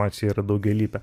emocija yra daugialypė